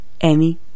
Amy